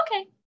okay